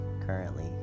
currently